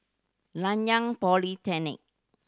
Nanyang Polytechnic